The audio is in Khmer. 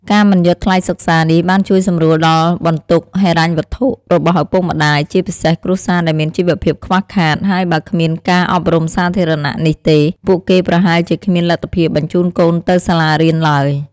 ការមិនយកថ្លៃសិក្សានេះ បានជួយសម្រួលដល់បន្ទុកហិរញ្ញវត្ថុរបស់ឪពុកម្តាយ ជាពិសេសគ្រួសារដែលមានជីវភាពខ្វះខាត ហើយបើគ្មានការអប់រំសាធារណៈនេះទេ ពួកគេប្រហែលជាគ្មានលទ្ធភាពបញ្ជូនកូនទៅសាលារៀនឡើយ។